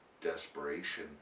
desperation